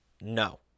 no